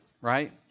Right